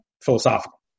philosophical